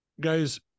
Guys